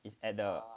is at the